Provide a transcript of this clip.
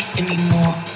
anymore